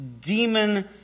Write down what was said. demon